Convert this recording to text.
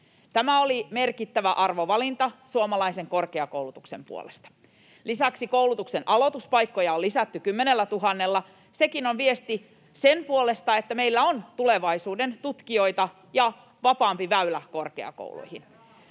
Tämä oli merkittävä arvovalinta suomalaisen korkeakoulutuksen puolesta. Lisäksi koulutuksen aloituspaikkoja on lisätty 10 000:lla. Sekin on viesti sen puolesta, että meillä on tulevaisuuden tutkijoita ja vapaampi väylä korkeakouluihin.